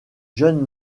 jeune